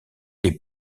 les